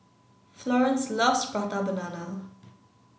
Florence loves Prata Banana